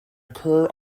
occur